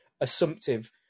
assumptive